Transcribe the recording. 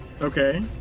Okay